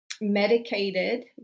medicated